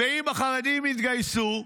אם החרדים יתגייסו,